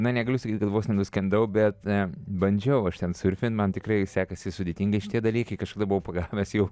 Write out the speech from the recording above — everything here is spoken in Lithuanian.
na negaliu sakyti kad vos nenuskendau bet bandžiau aš ten surfint man tikrai sekasi sudėtingai šitie dalykai kažkada buvau pagavęs jau